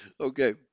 Okay